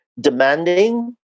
demanding